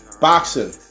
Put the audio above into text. boxing